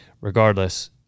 regardless